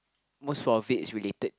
most of it is related